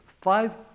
five